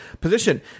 position